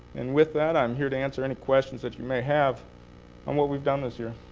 and with that, i'm here to answer any questions that you may have on what we've done this year.